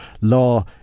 law